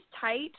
tight